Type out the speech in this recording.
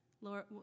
Lord